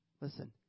listen